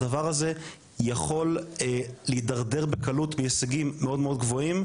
הדבר הזה יכול להתדרדר בקלות מהישגים מאוד מאוד גבוהים,